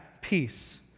peace